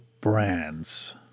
brands